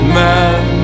man